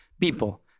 people